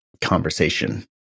conversation